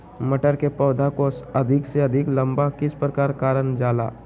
मटर के पौधा को अधिक से अधिक लंबा किस प्रकार कारण जाला?